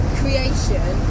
creation